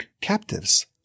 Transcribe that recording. captives